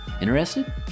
Interested